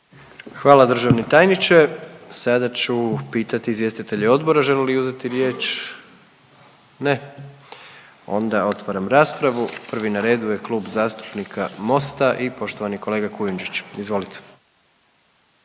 Hvala državni tajniče. Sada ću pitati izvjestitelje odbora žele li uzeti riječ? Ne, onda otvaram raspravu. Prvi na redu je Klub zastupnika Mosta i poštovani kolega Kujundžić. Izvolite.